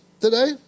today